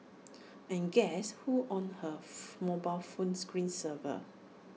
and guess who's on her mobile phone screen saver